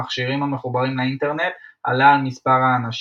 כאשר מספר המכשירים המחוברים לאינטרנט עלה על מספר האנשים,